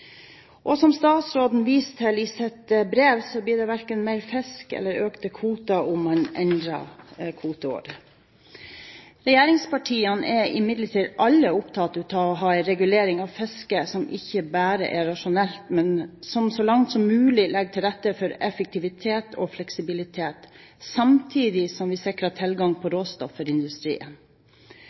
Og som statsråden viser til i sitt brev, blir det verken mer fisk eller økte kvoter om man endrer kvoteåret. Regjeringspartiene er imidlertid alle opptatt av å ha en regulering av fisket som ikke bare er rasjonell, men som så langt som mulig legger til rette for effektivitet og fleksibilitet, samtidig som vi sikrer tilgang på råstoff for industrien.